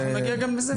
אנחנו נגיע גם לזה.